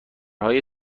های